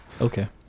okay